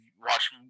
watch